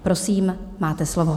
Prosím, máte slovo.